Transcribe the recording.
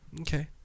Okay